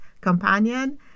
companion